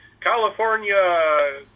California